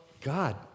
God